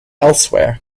elsewhere